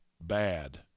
bad